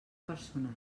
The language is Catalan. personal